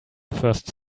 first